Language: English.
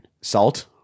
salt